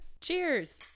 cheers